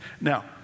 Now